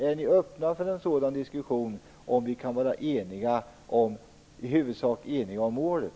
Är ni öppna för en sådan diskussion om vi i huvudsak kan vara eniga om målet?